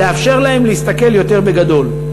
לאפשר להם להסתכל יותר בגדול.